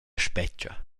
spetga